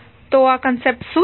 તો તો આ કન્સેપ્ટ શું છે